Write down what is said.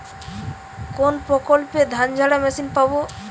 কোনপ্রকল্পে ধানঝাড়া মেশিন পাব?